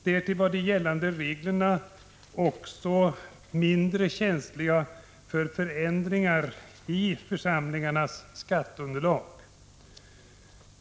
Därtill var de gällande reglerna också mindre känsliga för förändringar i en församlings skatteunderlag.